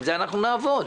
עם זה אנחנו נעבוד.